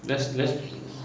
let's let's